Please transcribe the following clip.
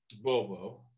Bobo